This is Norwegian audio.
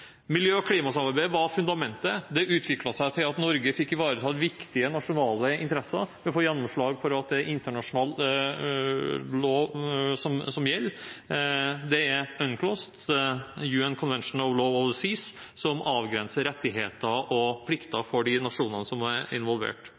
Miljø- og klimasamarbeid var fundamentet. Det utviklet seg til at Norge fikk ivaretatt viktige nasjonale interesser ved å få gjennomslag for at det er internasjonal lov som gjelder. Det er UNCLOS, UN Convention on the Law of the Sea, som avgrenser rettigheter og plikter